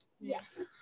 Yes